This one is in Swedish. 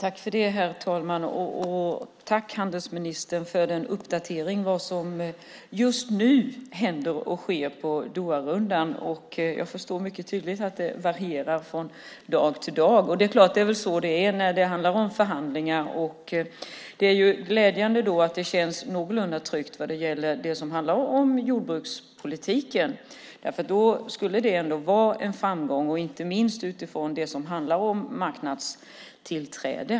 Herr talman! Tack, handelsministern, för denna uppdatering av vad som just nu händer och sker inom Doharundan. Jag förstår väldigt väl att det varierar från dag till dag. Det är väl så det är när det handlar om förhandlingar. Det är ju glädjande att det känns någorlunda tryggt, vad gäller det som handlar om jordbrukspolitiken. Det skulle ändå vara en framgång, inte minst utifrån det som handlar om marknadstillträde.